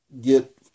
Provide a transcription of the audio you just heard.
get